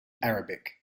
arabic